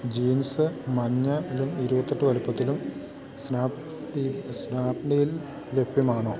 jeans മഞ്ഞയിലും ഇരുപത്തിയെട്ട് വലുപ്പത്തിലും സ്നാപ്ഡീലില് ലഭ്യമാണോ